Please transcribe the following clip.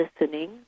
listening